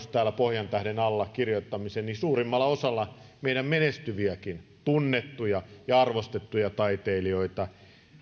täällä pohjantähden alla kirjoittamisen suurimmalla osalla meidän menestyviäkin tunnettuja ja arvostettuja taiteilijoita